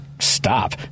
stop